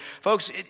Folks